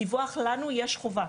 דיווח לנו יש להן חובה,